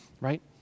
right